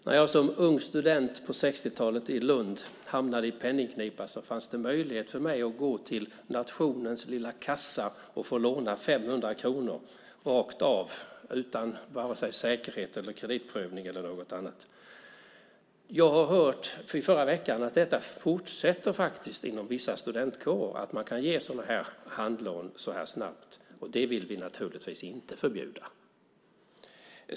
När jag som ung student på 60-talet i Lund hamnade i penningknipa fanns det möjlighet att gå till nationens lilla kassa och få låna 500 kronor rakt av, utan vare sig säkerhet eller kreditprövning. I förra veckan hörde jag att detta faktiskt fortsätter inom vissa studentkårer. Man kan ge sådana handlån snabbt, och det vill vi naturligtvis inte förbjuda.